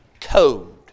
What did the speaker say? code